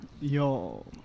Yo